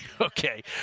okay